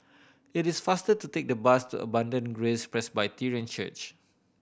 it is faster to take the bus to Abundant Grace Presbyterian Church